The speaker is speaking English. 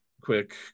quick